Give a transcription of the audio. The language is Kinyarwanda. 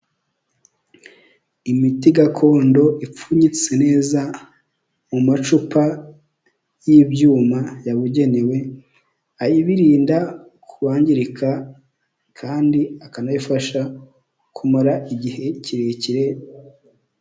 Imiti gakondo ipfunyitse neza mu macupa y'ibyuma yabugenewe abirinda kwangirika kandi akanayifasha kumara igihe kirekire.